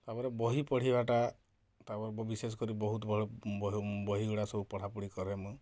ତା'ପରେ ବହି ପଢ଼ିବାଟା ତା'ପରେ ବିଶେଷ କରି ବହୁତ ବଡ଼ ବହିଗୁଡ଼ା ସବୁ ପଢ଼ା ପଢ଼ି କରେ ମୁଁ